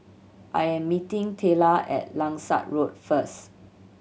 I am meeting Tayla at Langsat Road first